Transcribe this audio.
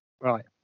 Right